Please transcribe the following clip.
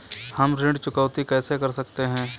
हम ऋण चुकौती कैसे कर सकते हैं?